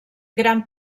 gran